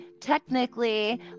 technically